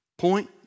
point